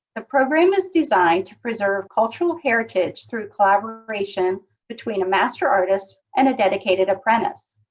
the program is designed to preserve cultural heritage through collaboration between a master artist and a dedicated apprentice.